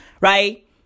right